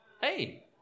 hey